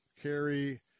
carry